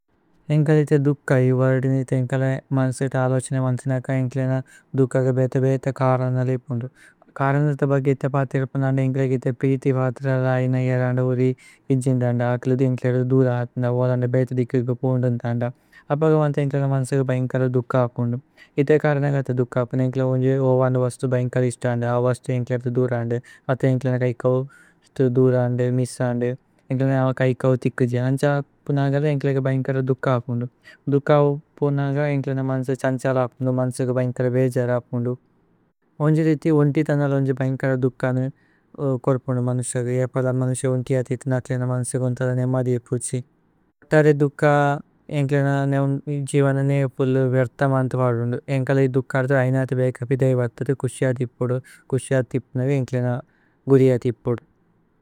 ഏന്കല ഇഥേ ദുക്ക ഇ വര്ദിനി ഇഥേ ഏന്കല। മാന്സേതേ അലോഛന മാന്സനക ഏന്കലേന। ദുക്കഗ ബേഥ ബേഥ കരനനലേ കുന്ദു। കരനനത ബഗി ഇഥേ പാഥിരപനന്ദ। ഏന്കല ഇഥേ പ്രീഥി പാഥിരലായന। അയരന്ദ ഉരി ഹിജിന്ദന്ദ അകിലുദി ഏന്കല। ഏന്കല ദുരന്ദന്ദ ഓദന്ദ ബേഥ ദിക്കിഗ। പൂന്ദന്ദന്ദ അപഗവന്ത ഏന്കല മാന്സക। ബൈന്കല ദുക്ക കുന്ദു ഥേ കരനന്ഗത। ദുക്ക അപുന ഏന്കല ഉന്ജു ഓവന വസ്തു। ബൈന്കല ഇശ്തന്ദ അവസ്തു ഏന്കല ഏഥേ। ദുരന്ദു അഥ ഏന്കല ഏന്കല കൈകവു ഏഥേ। ദുരന്ദു മിസന്ദു ഏന്കല ഏന്കല അവ കൈകവു। തിക്കുജി അന്ഛ അപുനഗ ഏന്കല ഏന്കല। ബൈന്കല ദുക്ക ഹപുന്ദു ദുക്ക ഹപുനഗ। ഏന്കല മാന്സക ഛന്ഛല ഹപുന്ദു। മാന്സക ബൈന്കല ബേജര ഹപുന്ദു ഉന്ജി। രിഥി ഉന്തി ഥനല ഉന്ജ ബൈന്കല ദുക്കന। കോര്പുന്ദു മനുശഗ ഏപല। മനുശ ഉന്തി ഹതി ഇഥേന അകിലേന। മാന്സക ഉന്ഥല നേമ ദിയപുജ്ജി। ഓതരേ ദുക്ക ഏന്കല ഏന്കല ഏന്കല। ജിവനനേ ഫുല്ലു വേര്തമാന്ഥ വജുന്ദു। ഏന്കല ഇഥേ ദുക്ക അര്ഥ അയിനഥേ ബേക। പിദേഇവാഥതേ കുശ്യഥിപുദു കുശ്യഥിപു। നവി ഏന്കല ഗുരിയഥിപുദു।